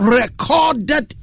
recorded